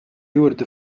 juurde